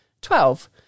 Twelve